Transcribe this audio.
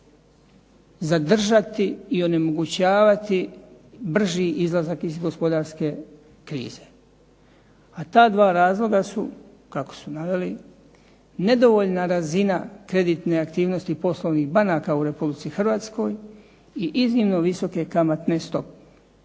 zadržati i onemogućavati brži izlazak iz gospodarske krize, a ta dva razloga su kako su naveli nedovoljna razina kreditne aktivnosti poslovnih banaka u Republici Hrvatskoj i iznimno visoke kamatne stope.